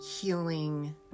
healing